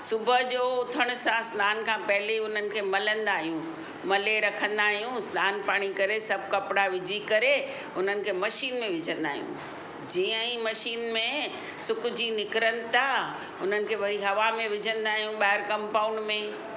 सुबुह जो उथण सां सनानु खां पहिरीं उननि खे मल्हंदा आहियूं मले रखंदा आहियूं सनानु पाणी करे सभु कपिड़ा विझी करे उन्हनि खे मशीन में विझंदा आहियूं जीअं ई मशीन में सुकजी निकिरनि था उननि खे भई हवा में विझंदा आहियूं ॿाहिरि कम्पाउंड में